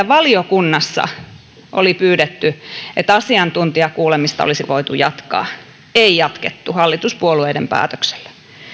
valiokunnassa oli pyydetty että asiantuntijakuulemista olisi voitu jatkaa ei jatkettu hallituspuolueiden päätöksellä